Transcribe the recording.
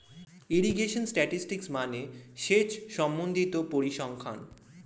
irrigation statistics মানে সেচ সম্বন্ধিত পরিসংখ্যান